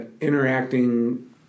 interacting